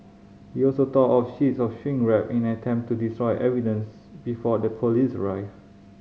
he also tore off sheets of shrink wrap in an attempt to destroy evidence before the police arrived